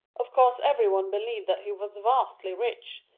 of course every one believed that he was vastly rich,